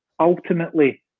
Ultimately